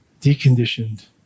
deconditioned